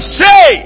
say